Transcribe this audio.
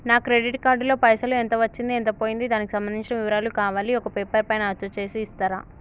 నా credit card లో పైసలు ఎంత వచ్చింది ఎంత పోయింది దానికి సంబంధించిన వివరాలు కావాలి ఒక పేపర్ పైన అచ్చు చేసి ఇస్తరా?